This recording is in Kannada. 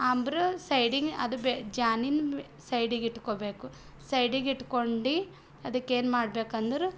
ಆಂಬ್ರು ಸೈಡಿಗೆ ಅದು ಬೆ ಜಾನಿನ ಸೈಡಿಗೆ ಇಟ್ಕೋಬೇಕು ಸೈಡಿಗೆ ಇಟ್ಟುಕೊಂಡು ಅದಕ್ಕೆ ಏನು ಮಾಡ್ಬೇಕಂದ್ರೆ